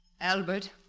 Albert